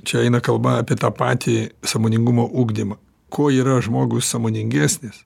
čia eina kalba apie tą patį sąmoningumo ugdymą kuo yra žmogus sąmoningesnis